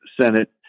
Senate